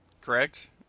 correct